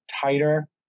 tighter